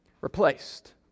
replaced